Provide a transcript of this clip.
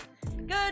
Good